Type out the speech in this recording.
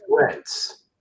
threats